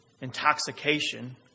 intoxication